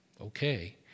okay